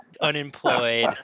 unemployed